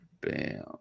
bam